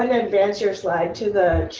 advance your slide to the